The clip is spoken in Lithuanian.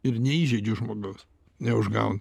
ir neįžeidžiu žmogaus neužgaunu